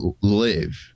live